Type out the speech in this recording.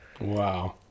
Wow